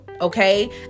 Okay